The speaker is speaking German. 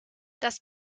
das